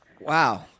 Wow